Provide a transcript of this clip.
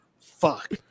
fuck